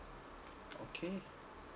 okay